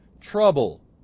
trouble